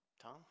Tom